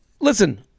listen